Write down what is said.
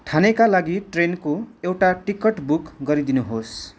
ठानेका लागि ट्रेनको एउटा टिकट बुक गरिदिनुहोस्